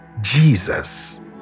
Jesus